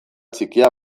txikia